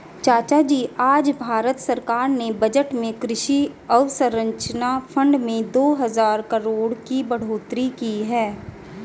चाचाजी आज भारत सरकार ने बजट में कृषि अवसंरचना फंड में दो हजार करोड़ की बढ़ोतरी की है